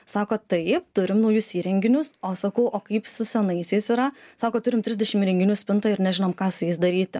sako taip turime naujus įrenginius o sakau o kaip su senaisiais yra sako turim trisdešim įrenginių spintoj ir nežinom ką su jais daryti